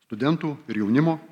studentų ir jaunimo